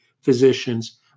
physicians